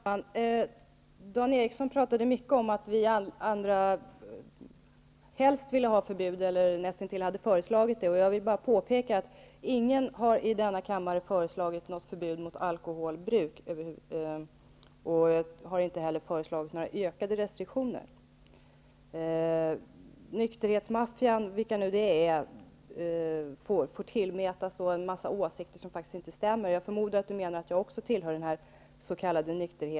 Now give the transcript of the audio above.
Herr talman! Dan Eriksson pratade mycket om att vi andra helst ville ha förbud eller att vi nästintill hade föreslagit det. Jag vill bara påpeka att ingen i denna kammare har föreslagit något förbud mot alkoholbruk. Man har inte heller föreslagit några ökade restriktioner. Nykterhetsmaffian, vilken den nu är, får tillmätas en mängd åsikter som faktiskt inte stämmer. Jag förmodar att Dan Eriksson menar att jag också tillhör denna s.k.